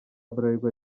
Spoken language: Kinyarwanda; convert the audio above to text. bralirwa